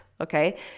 Okay